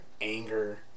anger